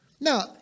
Now